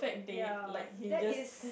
ya that is